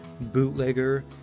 bootlegger